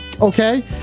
okay